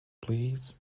please